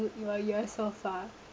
would you are you are so far